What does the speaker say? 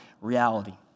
reality